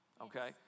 okay